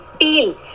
feel